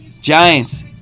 Giants